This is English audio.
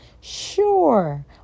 Sure